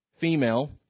female